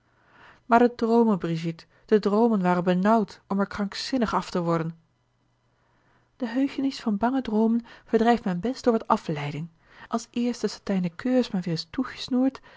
maar de droomen brigitte de droomen waren benauwd om er krankzinnig af te worden de heugenis van bange droomen verdrijft men best door wat afleiding als eerst de satijnen keurs maar weêr is